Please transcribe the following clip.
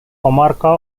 comarca